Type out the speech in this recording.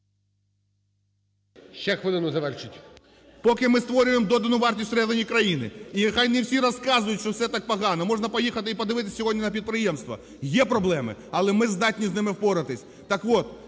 Ще хвилину, завершіть.